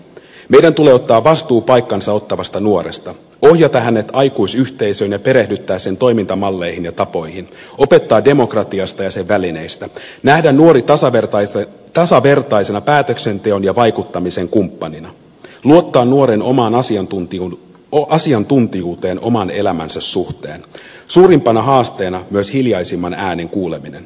meidän tulee ottaa vastuu paikkansa ottavasta nuoresta ohjata hänet aikuisyhteisöön ja perehdyttää sen toimintamalleihin ja tapoihin opettaa demokratiasta ja sen välineistä nähdä nuori tasavertaisena päätöksenteon ja vaikuttamisen kumppanina luottaa nuoren omaan asiantuntijuuteen oman elämänsä suhteen suurimpana haasteena myös hiljaisimman äänen kuuleminen